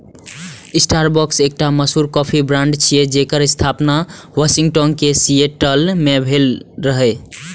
Starbucks एकटा मशहूर coffee brand छियै, जेकर स्थापना वाशिंगटन के सिएटल मे भेल रहै